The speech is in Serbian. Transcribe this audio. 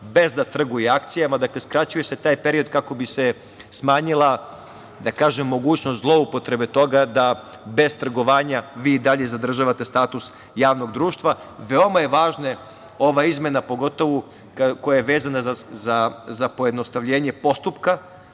bez da trguje akcijama. Dakle, skraćuje se taj period kako bi se smanjila, da kažem, mogućnost zloupotrebe toga da bez trgovanja vi i dalje zadržavate status javnog društva. Veoma je važna ova izmena koja je vezana za pojednostavljenje postupka